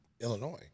illinois